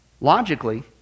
Logically